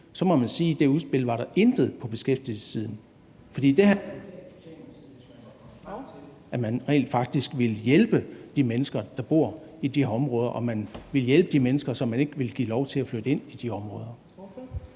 må man sige, at der i det udspil intet var på beskæftigelsessiden. For det har … [Lydudfald] … at man rent faktisk ville hjælpe de mennesker, der bor i de her områder, og man ville hjælpe de mennesker, som man ikke vil give lov til at flytte ind i de områder.